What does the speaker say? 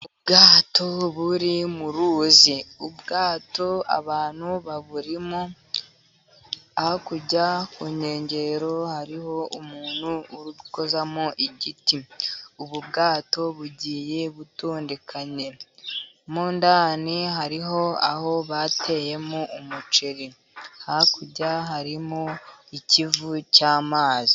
Ubwato buri mu ruzi, ubwato abantu baburimo, hakurya ku nkengero, hariho umuntu ukozamo igiti. Ubu bwato bugiye butondekanya. Mo ndani hariho aho bateyemo umuceri. Hakurya harimo ikivu cy'amazi